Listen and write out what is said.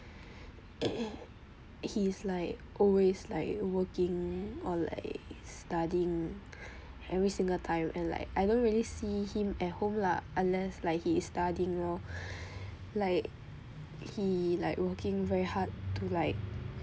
he's like always like working or like studying every single time and like I don't really see him at home lah unless like he is studying lor like he like working very hard to like